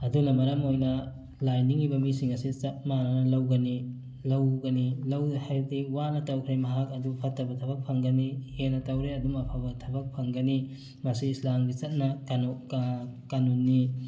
ꯑꯗꯨꯅ ꯃꯔꯝ ꯑꯣꯏꯅ ꯂꯥꯏ ꯅꯤꯡꯉꯤꯕ ꯃꯤꯁꯤꯡ ꯑꯁꯤ ꯆꯞ ꯃꯥꯟꯅꯅ ꯂꯧꯒꯅꯤ ꯂꯧꯒꯅꯤ ꯂꯧ ꯍꯥꯏꯕꯗꯤ ꯋꯥꯠꯅ ꯇꯧꯈ꯭ꯔꯤꯕ ꯃꯍꯥꯛ ꯑꯗꯨ ꯐꯠꯇꯕ ꯊꯕꯛ ꯐꯪꯒꯅꯤ ꯍꯦꯟꯅ ꯇꯧꯔꯦ ꯑꯗꯨꯝ ꯑꯐꯕ ꯊꯕꯛ ꯐꯪꯒꯅꯤ ꯃꯁꯤ ꯏꯁꯂꯥꯝꯒꯤ ꯆꯠꯅ ꯀꯥꯡꯂꯨꯞ ꯀꯥꯅꯨꯟꯅꯤ